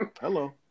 Hello